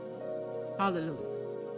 Hallelujah